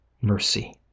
mercy